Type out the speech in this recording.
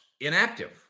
inactive